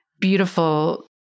Beautiful